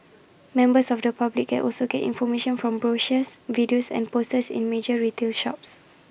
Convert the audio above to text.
members of the public can also get information from brochures videos and posters in major retail shops